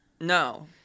No